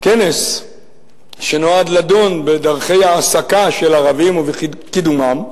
כנס שנועד לדון בדרכי העסקה של ערבים ובקידומם,